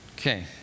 Okay